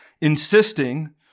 insisting